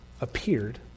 appeared